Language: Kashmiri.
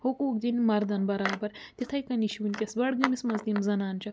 حقوٗق دِنۍ مردن برابر تِتھَے کٔنی چھِ وٕنۍکٮ۪س بڑگٲمِس منٛز تہِ یِم زنانہٕ چھےٚ